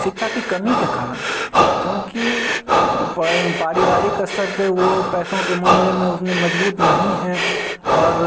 शिक्षा कि कमी के कारण क्योंकि पारिवारिक स्तर पर वह पैसों के मामले में वह उतने मज़बूत नहीं है और